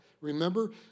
remember